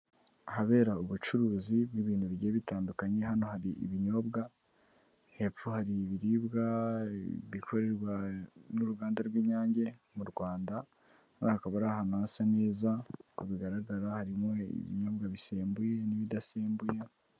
Ahabera ubucuruzi n'ibintu bigiye bitandukanye, hano hari ibinyobwa hepfo hari ibiribwa bikorerwa n'uruganda rw'inyange mu Rwanda, hano hakaba ari ahantu hasa neza bigaragara harimo ibinyobwa bisembuye n'ibidasembuye.